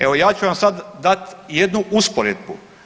Evo ja ću vam sad dat jednu usporedbu.